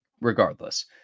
regardless